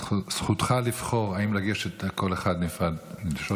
זכותך לבחור אם לגשת לכל אחת בנפרד ולשאול